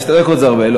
שתי דקות זה הרבה.